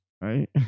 right